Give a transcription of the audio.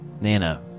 Nana